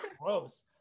gross